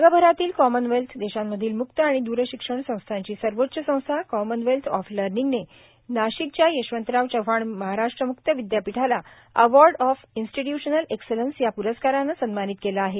जगभरातील कॉमनवेल्थ देशांतील मुक्त आणि दूरशिक्षण संस्थांची सर्वोच्च संस्था कॉमनवेल्थ ऑफ लर्निंगने कोलद्ध नाशिकच्या यशवंतराव चव्हाण महाराष्ट्र म्क्त विद्यापीठाला अवॉर्ड ऑफ इन्स्टिट्य्शनल एक्सलन्स या प्रस्काराने सन्मानित केले आहे